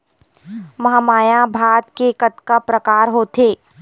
महमाया भात के कतका प्रकार होथे?